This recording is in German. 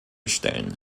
stellen